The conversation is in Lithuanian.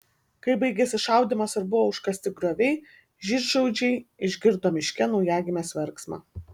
kai baigėsi šaudymas ir buvo užkasti grioviai žydšaudžiai išgirdo miške naujagimės verksmą